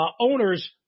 owners